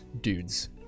dudes